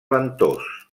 ventós